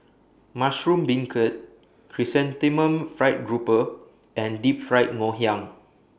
Mushroom Beancurd Chrysanthemum Fried Grouper and Deep Fried Ngoh Hiang